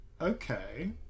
Okay